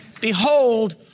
Behold